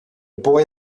boy